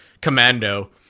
commando